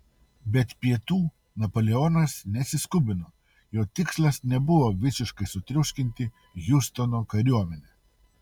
bet pietų napoleonas nesiskubino jo tikslas nebuvo visiškai sutriuškinti hiustono kariuomenę